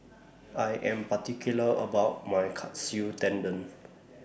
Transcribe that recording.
I Am particular about My Katsu Tendon